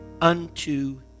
unto